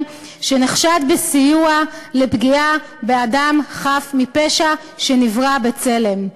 שנחשד בסיוע לפגיעה באדם חף מפשע שנברא בצלם.